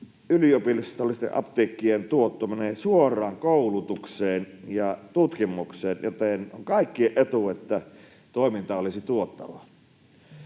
yliopistollisten apteekkien tuotto menee suoraan koulutukseen ja tutkimukseen, joten on kaikkien etu, että toiminta olisi tuottavaa.